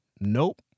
nope